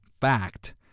fact